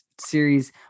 series